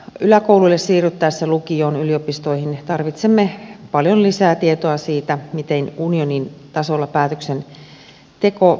yläkouluihin siirryttäessä lukioon yliopistoihin tarvitsemme paljon lisää tietoa siitä miten unionin tasolla päätöksenteko tapahtuu